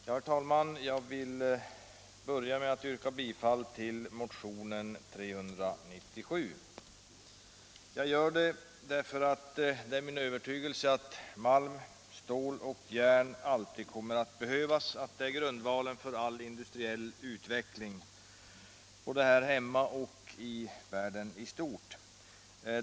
Herr talman! Jag vill börja med att yrka bifall till motionen 397. Jag gör det därför att det är min övertygelse att malm, stål och järn alltid kommer att behövas, att de utgör grundvalen för all industriell utveckling, både här hemma och i världen i stort.